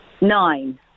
Nine